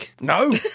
No